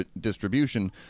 distribution